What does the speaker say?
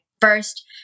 first